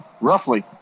roughly